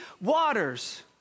waters